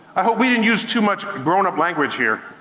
i hope we didn't use too much grown up language here.